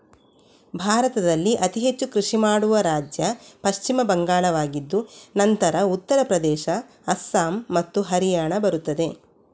ಭಾರತದಲ್ಲಿ ಅತಿ ಹೆಚ್ಚು ಕೃಷಿ ಮಾಡುವ ರಾಜ್ಯ ಪಶ್ಚಿಮ ಬಂಗಾಳವಾಗಿದ್ದು ನಂತರ ಉತ್ತರ ಪ್ರದೇಶ, ಅಸ್ಸಾಂ ಮತ್ತು ಹರಿಯಾಣ ಬರುತ್ತದೆ